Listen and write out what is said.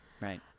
right